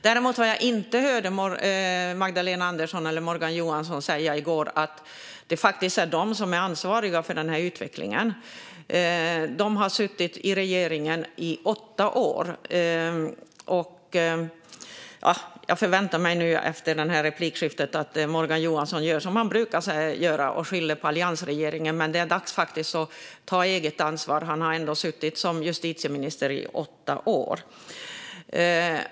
Vad jag däremot inte hörde Magdalena Andersson eller Morgan Johansson säga i går var att det faktiskt är de som är ansvariga för den här utvecklingen. De har suttit i regeringen i åtta år. Jag förväntar mig nu, efter det här replikskiftet, att Morgan Johansson gör som han brukar göra och skyller på alliansregeringen. Men det är dags att ta eget ansvar. Han har ändå suttit som justitieminister i åtta år.